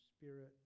spirit